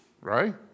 right